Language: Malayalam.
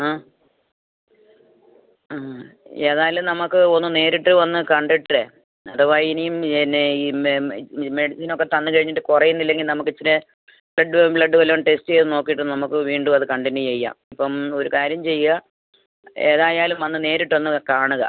ആ മ് ഏതായാലും നമുക്ക് ഒന്ന് നേരിട്ട് വന്ന് കണ്ടിട്ടേ അഥവാ ഇനിയും പിന്നെ ഈ മെഡിസിനൊക്കെ തന്നു കഴിഞ്ഞിട്ട് കുറയുന്നില്ലെങ്കിൽ നമുക്ക് ഇച്ചിരെ ബ്ലഡ് വല്ലതും ബ്ലഡ് വല്ലതും ടെസ്റ്റ് ചെയ്തു നോക്കിയിട്ട് നമുക്ക് വീണ്ടുമത് കണ്ടിന്യൂ ചെയ്യാം ഇപ്പം ഒരു കാര്യം ചെയ്യാം ഏതായാലും വന്നു നേരിട്ടു ഒന്നു കാണുക